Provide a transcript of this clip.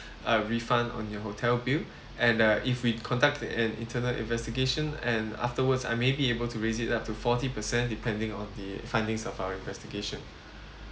uh refund on your hotel bill and uh if we conduct an internal investigation and afterwards I may be able to raise it up to forty percent depending on the findings of our investigation